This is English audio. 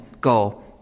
go